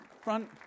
front